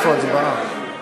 ההצעה להעביר את